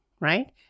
right